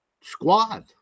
squad